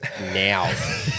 now